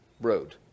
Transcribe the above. road